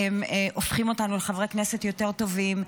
והם הופכים אותנו לחברי כנסת יותר טובים.